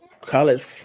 College